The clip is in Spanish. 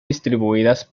distribuidas